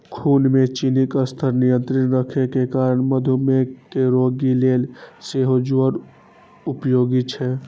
खून मे चीनीक स्तर नियंत्रित राखै के कारणें मधुमेह के रोगी लेल सेहो ज्वार उपयोगी छै